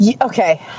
Okay